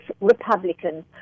Republicans